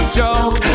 joke